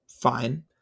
fine